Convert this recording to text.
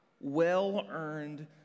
Well-earned